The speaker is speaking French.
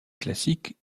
classiques